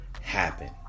happen